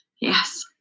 Yes